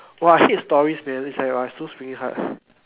!wah! I hate stories man it's like !wah! so freaking hard